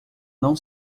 não